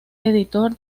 editor